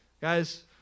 Guys